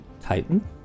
Titan